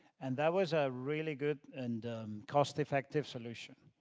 and that was a really good and cost-effective solution,